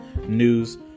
news